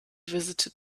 visited